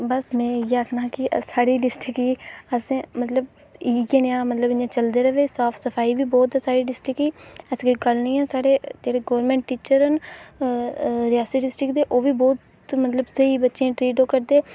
बस में इ'यै आक्खना हा की साढ़ी डिस्ट्रिक्ट गी असें मतलब इ''यै निहां मतलब चलदा रवै ते साफ सफाई बी बहुत साढ़ी डिस्ट्रिक्ट गी ऐसी कोई गल्ल निं ऐ साढ़े जेह्ड़े गौरमेंट टीचर न रियासी डिस्ट्रिक्ट दे ओह्बी बहुत स्हेई बच्चें गी ट्रीट करदे